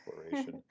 exploration